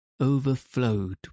overflowed